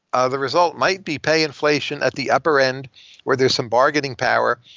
ah the result might be pay inflation at the upper end where there's some bargaining power,